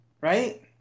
Right